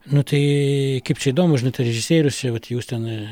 nu tai kaip čia įdomu žinot režisierius čia vat jūs ten